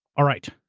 all right.